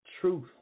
truth